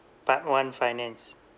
part one finance